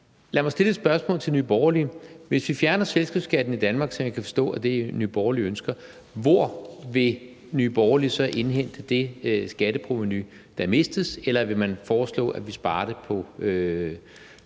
Lad mig stille et spørgsmål til Nye Borgerlige: Hvis vi fjerner selskabsskatten i Danmark, som jeg kan forstå er det, Nye Borgerlige ønsker, hvor vil Nye Borgerlige så indhente det skatteprovenu, der mistes? Eller vil man foreslå, at vi sparer det på